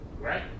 right